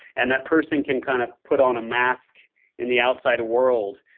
and that person can kind of put on a mask in the outside world,